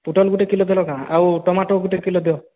ପୁଟଲ୍ ଗୁଟେ କିଲୋ ଦେଲ କାଁ ଆଉ ଟମାଟୋ ଗୁଟେ କିଲୋ ଦିଅ